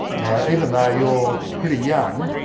yeah even though you are pretty young,